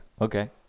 Okay